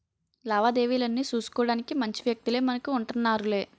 లావాదేవీలన్నీ సూసుకోడానికి మంచి వ్యక్తులే మనకు ఉంటన్నారులే